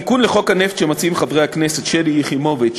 התיקון לחוק הנפט שמציעים חברי הכנסת שלי יחימוביץ